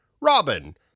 Robin